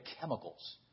chemicals